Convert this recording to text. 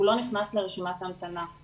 הוא לא נכנס לרשימת ההמתנה,